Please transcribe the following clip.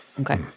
Okay